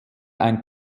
ein